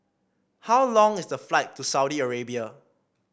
how long is the flight to Saudi Arabia